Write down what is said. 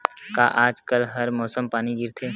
का आज कल हर मौसम पानी गिरथे?